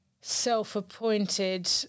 self-appointed